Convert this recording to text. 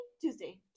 Tuesday